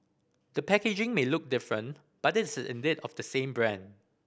the packaging may look different but it is indeed of the same brand